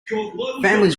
families